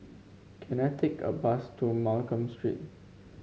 can I take a bus to Mccallum Street